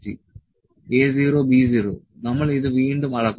A 0 B 0 നമ്മൾ ഇത് വീണ്ടും അളക്കുന്നു